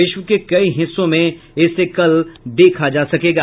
विश्व के कई हिस्सों में इसे देखा जा सकेगा